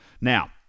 Now